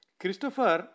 Christopher